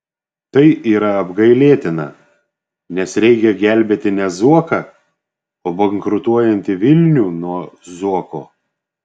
tai yra apgailėtina nes reikia gelbėti ne zuoką o bankrutuojantį vilnių nuo zuoko